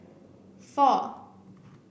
four